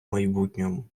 майбутньому